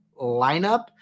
lineup